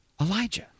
Elijah